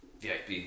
VIP